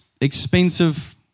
expensive